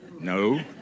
No